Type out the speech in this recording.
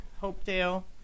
hopedale